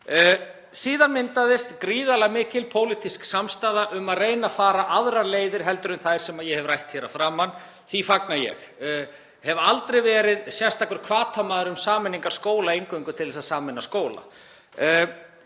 Síðan myndaðist gríðarlega mikil pólitísk samstaða um að reyna að fara aðrar leiðir en þær sem ég hef rætt hér að framan. Því fagna ég. Ég hef aldrei verið sérstakur hvatamaður um sameiningar skóla eingöngu til þess að sameina skóla.